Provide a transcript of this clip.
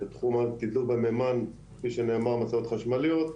תחום התדלוק במימון במשאיות חשמליות,